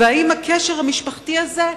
ואם הקשר המשפחתי הזה,